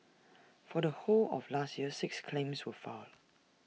for the whole of last year six claims were filed